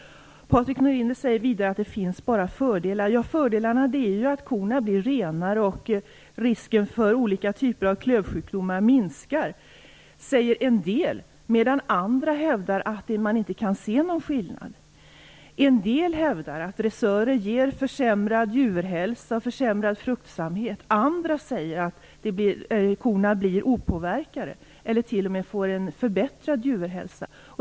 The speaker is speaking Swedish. Patrik Norinder säger vidare att det bara finns fördelar. Ja, fördelarna är ju att korna blir renare och att risken för olika typer av klövsjukdomar minskar. Det säger en del medan andra hävdar att man inte kan se någon skillnad. Vissa hävdar att dressörer ger försämrad djurhälsa och försämrad fruktsamhet. Andra säger att korna förblir opåverkade eller att de t.o.m. får en förbättrad djurhälsa.